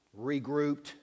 regrouped